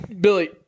billy